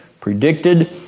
predicted